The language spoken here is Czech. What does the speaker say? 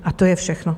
A to je všechno.